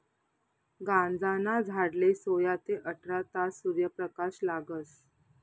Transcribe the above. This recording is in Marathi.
गांजाना झाडले सोया ते आठरा तास सूर्यप्रकाश लागस